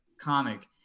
comic